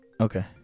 Okay